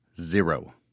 zero